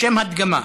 לשם הדגמה,